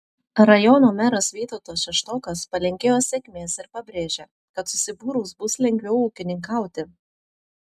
rajono meras vytautas šeštokas palinkėjo sėkmės ir pabrėžė kad susibūrus bus lengviau ūkininkauti